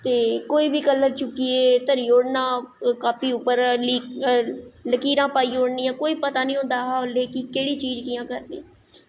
ते कोई बी कलर चुक्कियै धरी ओड़ना कोई कॉपी उप्पर लकीरां पाई ओड़नियां कोई पता निं होंदा हा कि केह्ड़ी चीज़ कि'यां करनी